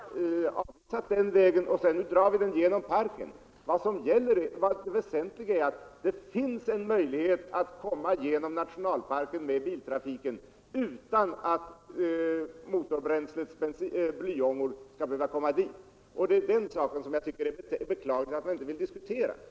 Herr talman! Det är fullkomligt riktigt att det hade varit ett ännu värre ingrepp i naturen att dra vägen norr om Torne träsk — över Jieprenjåkk. Men det förbättrar inte ett dugg ställningen för Abisko nationalpark att vi har avvisat den sträckningen och drar vägen genom parken. Det väsentliga är att det finns en möjlighet att komma genom nationalparken med biltrafiken utan att motorbränslets blyångor skall behöva komma dit. Jag tycker att det är beklagligt att man inte vill diskutera den saken.